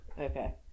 Okay